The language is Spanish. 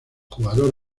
jugador